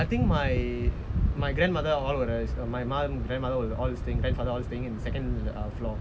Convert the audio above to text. I think my my grandmother all of us my mom my grandmother all staying my grandfather all were staying in second floor